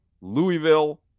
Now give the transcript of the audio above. Louisville